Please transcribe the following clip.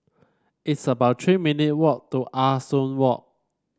it's about Three minute walk to Ah Soo Walk